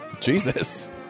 Jesus